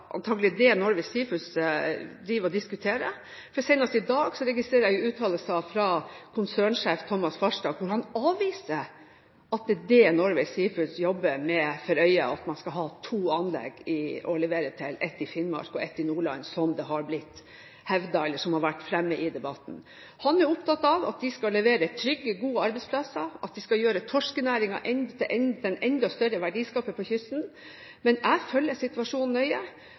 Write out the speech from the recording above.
konsernsjef Thomas Farstad, hvor han avviser at det er det Norway Seafoods jobber med og har for øye – at man skal ha to anlegg å levere til, ett i Finnmark og ett i Nordland, som det har vært fremme i debatten. Han er opptatt av at de skal levere trygge, gode arbeidsplasser, og at de skal gjøre torskenæringen til en enda større verdiskaper på kysten. Men jeg følger situasjonen nøye,